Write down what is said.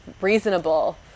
reasonable